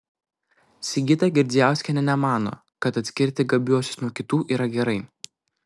sigita girdzijauskienė nemano kad atskirti gabiuosius nuo kitų yra gerai